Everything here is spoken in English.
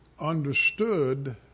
understood